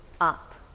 up